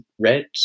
red